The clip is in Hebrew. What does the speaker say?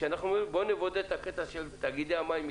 בואו נבודד את הקטע של תאגידי המים,